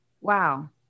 Wow